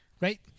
right